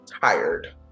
tired